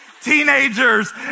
teenagers